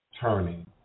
turning